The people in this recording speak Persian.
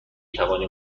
توانیم